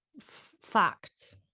facts